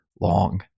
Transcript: long